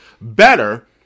better